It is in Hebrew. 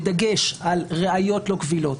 בדגש על ראיות לא קבילות,